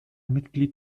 mitglied